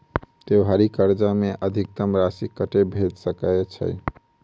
त्योहारी कर्जा मे अधिकतम राशि कत्ते भेट सकय छई?